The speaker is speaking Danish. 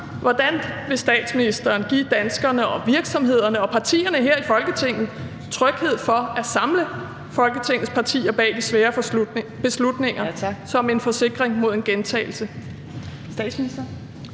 Hvordan vil statsministeren give danskerne og virksomhederne og partierne her i Folketinget tryghed for at samle Folketingets partier bag de svære beslutninger som en forsikring mod en gentagelse? Kl.